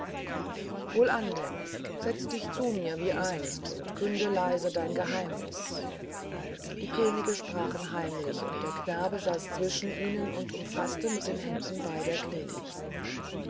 wohlan denn setze dich zu mir wie einst und künde leise dein geheimnis die könige sprachen heimlich und der knabe saß zwischen ihnen und umfaßte mit den händen beider knie